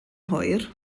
hwyr